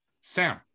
Sam